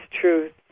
truth